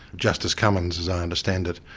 justice cummins, as i understand it,